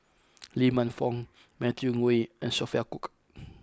Lee Man Fong Matthew Ngui and Sophia Cooke